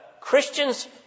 Christians